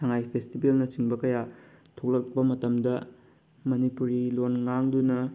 ꯁꯉꯥꯏ ꯐꯦꯁꯇꯤꯕꯦꯜꯅꯆꯤꯡꯕ ꯀꯌꯥ ꯊꯣꯛꯂꯛꯄ ꯃꯇꯝꯗ ꯃꯅꯤꯄꯨꯔꯤ ꯂꯣꯟ ꯉꯥꯡꯗꯨꯅ